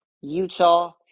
Utah